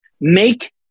make